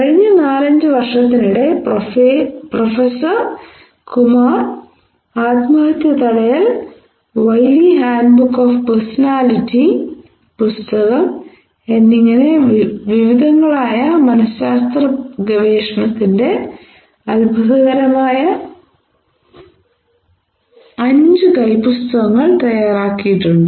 കഴിഞ്ഞ നാല് അഞ്ച് വർഷത്തിനിടെ പ്രൊഫസർ കുമാർ ആത്മഹത്യ തടയൽ Wiley handbook of personality പുസ്തകം എന്നിങ്ങനെ വിവിധങ്ങളായ മനശാസ്ത്ര ഗവേഷണത്തിന്റെ അത്ഭുതകരമായ അഞ്ച് കൈപ്പുസ്തകങ്ങൾ തയ്യാറാക്കിയിട്ടുണ്ട്